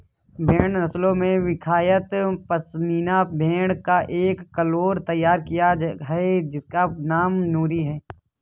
भेड़ नस्लों में विख्यात पश्मीना भेड़ का एक क्लोन तैयार किया गया है जिसका नाम नूरी है